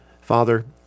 Father